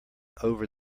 over